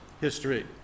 history